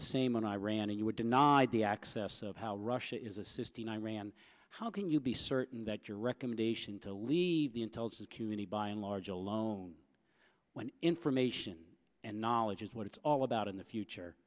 the same on iran and you were denied the access of how russia is assisting iran how can you be certain that your recommendation to leave the intelligence community by and large alone when information and knowledge is what it's all about in the future